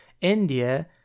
India